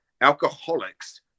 alcoholics